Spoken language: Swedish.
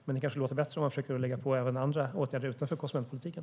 Men det kanske låter bättre om man försöker lägga på även åtgärder utanför konsumentpolitiken.